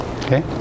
okay